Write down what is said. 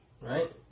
right